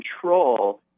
control